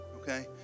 okay